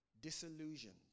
disillusioned